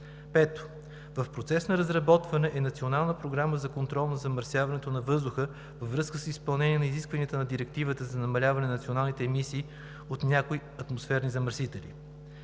Пето, в процес на разработване е Национална програма за контрол на замърсяването на въздуха във връзка с изпълнение на изискванията на Директивата за намаляване на националните емисии от някои атмосферни замърсители.